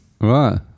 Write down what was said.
Right